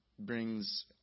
brings